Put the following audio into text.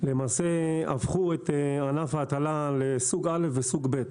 למעשה הפכו את ענף ההטלה לסוג א' וסוג ב'.